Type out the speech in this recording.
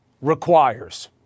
requires